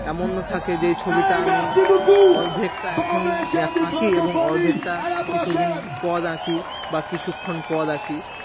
এমনও থাকে যেই ছবিটা আমি অর্ধেকটা এখন এক আঁকি এবং অর্ধেকটা কিছুদিন পর আঁকি বা কিছুক্ষণ পর আঁকি